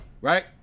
right